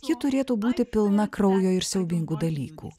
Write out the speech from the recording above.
ji turėtų būti pilna kraujo ir siaubingų dalykų